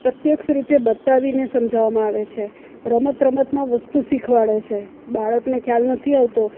પ્રત્યક્ષ રીતે બતાવીને સમજાવવામાં આવે છે રમત રમતમાં વસ્તુ શિખવાડે છે બાળકને ખ્યાલ નથી આવતો